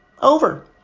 Over